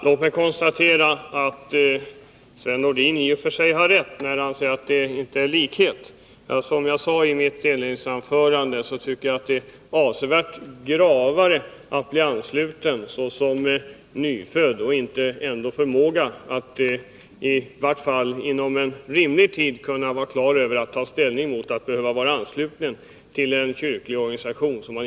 Fru talman! Sven-Erik Nordin har i och för sig rätt när han säger att det inte är riktigt samma sak. Som jag sade i mitt inledningsanförande tycker jag att det är avsevärt gravare att bli ansluten som nyfödd, när man i varje fall inte inom rimlig tid kan ta ställning till vad det innebär att vara ansluten till en kyrklig organisation.